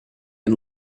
and